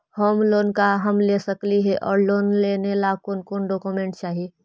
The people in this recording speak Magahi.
होम लोन का हम ले सकली हे, और लेने ला कोन कोन डोकोमेंट चाही?